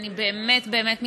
אני באמת באמת מתרגשת.